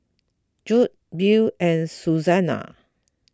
Jude Bill and Susana